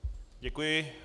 Děkuji.